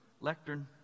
lectern